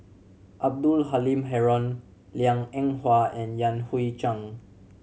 Abdul Halim Haron Liang Eng Hwa and Yan Hui Chang